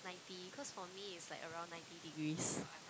ninety cause for me is like around ninety degrees